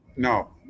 No